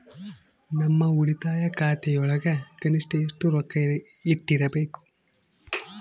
ನನ್ನ ಉಳಿತಾಯ ಖಾತೆಯೊಳಗ ಕನಿಷ್ಟ ಎಷ್ಟು ರೊಕ್ಕ ಇಟ್ಟಿರಬೇಕು?